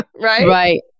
Right